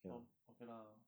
um okay lah